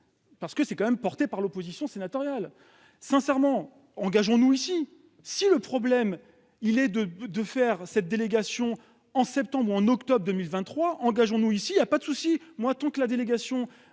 Parce que c'est quand même porté par l'opposition sénatoriale sincèrement engageons-nous ici. Si le problème il est de, de faire cette délégation en septembre ou en octobre 2023. Engageons nous ici il y a pas de souci moi tant que la délégation.